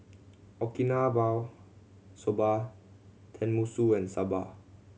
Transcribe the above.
Okinawa Soba Tenmusu and Sambar